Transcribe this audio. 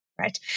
right